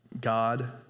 God